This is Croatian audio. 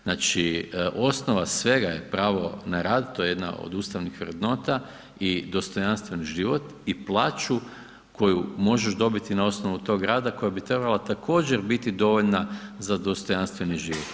Znači osnova svega je pravo na rad, to je jedna od ustavnih vrednota i dostojanstven život i plaću koju možeš dobiti na osnovu tog rada, koja bi trebala također bit dovoljna za dostojanstveni život.